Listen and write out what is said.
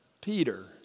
Peter